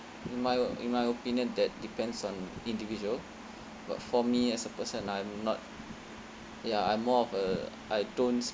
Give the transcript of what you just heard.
in my o~ in my opinion that depends on individual but for me as a person I'm not ya I'm more of a I don't